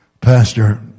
Pastor